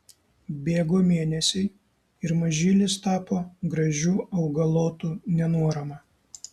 bėgo mėnesiai ir mažylis tapo gražiu augalotu nenuorama